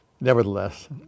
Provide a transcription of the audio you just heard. nevertheless